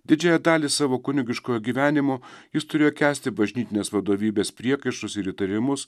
didžiąją dalį savo kunigiškojo gyvenimo jis turėjo kęsti bažnytinės vadovybės priekaištus ir įtarimus